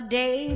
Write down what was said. day